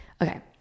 Okay